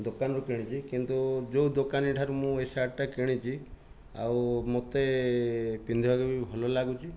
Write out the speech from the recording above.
ଦୋକାନରୁ କିଣିଛି କିନ୍ତୁ ଯେଉଁ ଦୋକାନୀଠାରୁ ମୁଁ ଏଇ ସାର୍ଟଟା କିଣିଛି ଆଉ ମୋତେ ପିନ୍ଧିବାକୁ ବି ଭଲ ଲାଗୁଛି